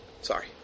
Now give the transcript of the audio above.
Sorry